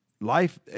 Life